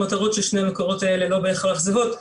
המטרות של שני המקורות האלה לא בהכרח זהות,